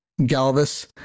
Galvis